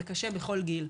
זה קשה בכל גיל,